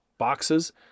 boxes